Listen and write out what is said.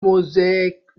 mosaic